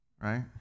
right